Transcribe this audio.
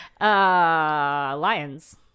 Lions